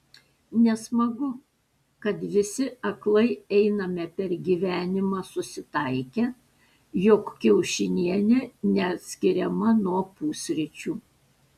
nesmagu kad visi aklai einame per gyvenimą susitaikę jog kiaušinienė neatskiriama nuo pusryčių